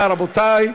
תודה, רבותי.